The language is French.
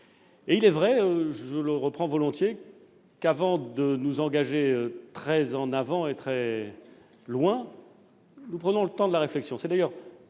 Il est vrai, j'en conviens volontiers, qu'avant de nous engager très en avant et très loin, nous prenons le temps de la réflexion.